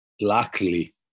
luckily